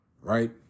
Right